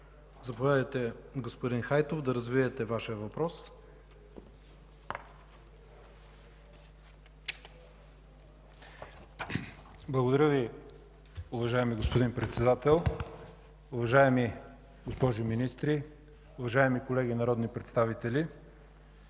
Заповядайте, господин Хайтов, да развиете Вашия въпрос. ЯВОР ХАЙТОВ (БДЦ): Благодаря Ви, уважаеми господин Председател. Уважаеми госпожи министри, уважаеми колеги народни представители!